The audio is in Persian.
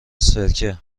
سرکه